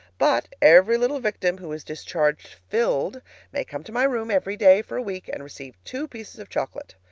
but every little victim who is discharged filled may come to my room every day for week and receive two pieces of chocolate.